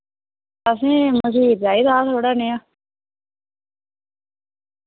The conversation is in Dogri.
असें मखीर चाहिदा हा थोह्ड़ा नेहा